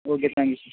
okay thank you sir